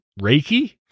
Reiki